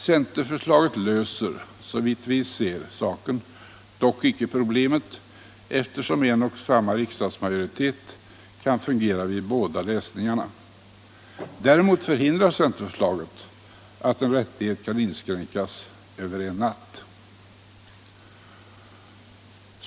Centerförslaget löser, som vi ser saken, dock icke problemet, eftersom en och samma riksdagsmajoritet kan fungera vid båda läsningarna. Däremot förhindrar centerförslaget att en rättighet kan inskränkas över en natt.